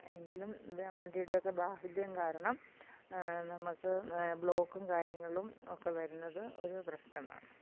എങ്കിലും വണ്ടീടെയൊക്കെ ബാഹുല്യം കാരണം നമുക്ക് ബ്ലോക്കും കാര്യങ്ങളും ഒക്കെ വരുന്നത് ഒരു പ്രശ്നമാണ്